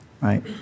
Right